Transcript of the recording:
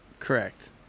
correct